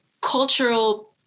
cultural